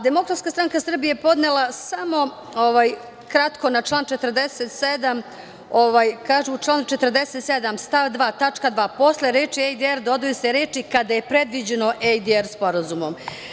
Demokratska stranka Srbije podnela je samo kratko na član 47. stav 2. tačka 2. posle reči „ADR“ dodaju se reči „kada je predviđeno ADR sporazumom“